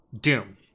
Doom